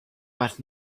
but